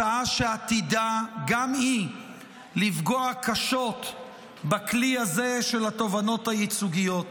הצעה שעתידה גם היא לפגוע קשות בכלי הזה של התובענות הייצוגיות.